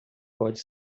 pode